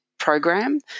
program